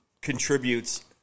contributes